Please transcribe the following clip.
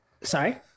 Sorry